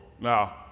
Now